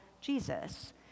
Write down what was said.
Jesus